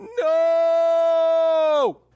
No